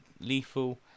Lethal